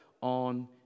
on